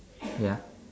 ya